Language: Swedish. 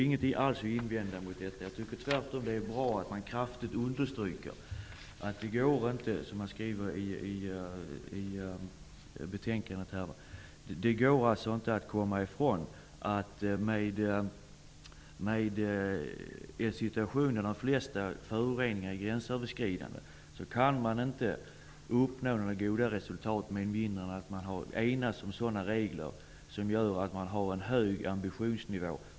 Det är bra att man i betänkandet kraftigt understryker att det inte går att komma ifrån att de flesta typer av föroreningar är gränsöverskridande och att goda resultat inte kan uppnås med mindre än att det införs regler som återspeglar en hög ambitionsnivå.